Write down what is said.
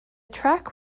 track